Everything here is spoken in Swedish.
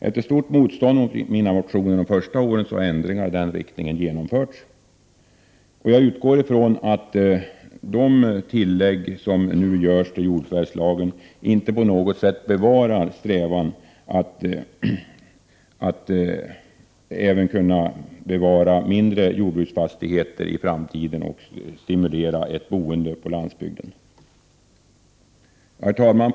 Efter sto motstånd mot mina motioner under de första åren har ändringar i oe angivna riktningen genomförts, och jag utgår ifrån att de tillägg som nu gö! inte på något sätt motverkar strävandena att kunna bevara även mindrå jordbruksfastigheter i framtiden och stimulera ett boende på SE Herr talman!